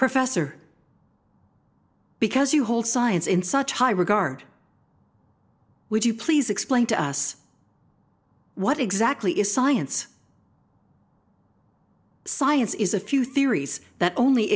professor because you hold science in such high regard would you please explain to us what exactly is science science is a few theories that only